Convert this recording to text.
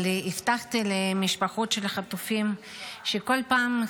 אבל הבטחתי למשפחות של החטופים שבכל פעם,